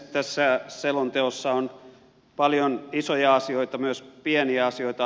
tässä selonteossa on paljon isoja asioita myös pieniä asioita